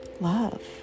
love